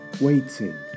waiting